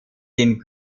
den